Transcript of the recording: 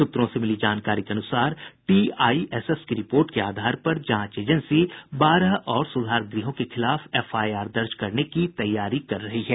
सूत्रों से मिली जानकारी के अनुसार टीआईएसएस की रिपोर्ट के आधार पर जांच एजेंसी बारह और सुधार गृहों के खिलाफ एफआईआर दर्ज करने की तैयारी कर रही है